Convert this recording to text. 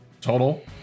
Total